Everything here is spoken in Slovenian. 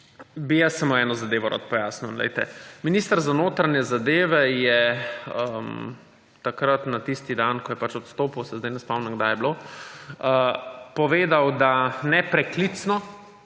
bi samo eno zadevo rad pojasnil. Glejte, minister za notranje zadeve je takrat na tisti dan, ko je pač odstopil, se zdaj ne spomnim, kdaj je bilo, povedal, da nepreklicno